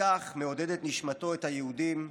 כך מעודדת נשמתו את היהודים,